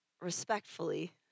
Respectfully